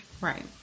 Right